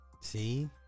See